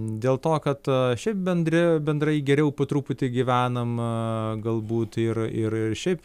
dėl to kad šiaip bendri bendrai geriau po truputį gyvenam a galbūt ir ir šiaip